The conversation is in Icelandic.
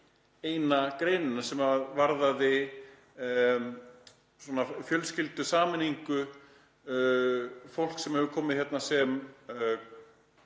eina greinina sem varðaði fjölskyldusameiningu fólks sem hefur komið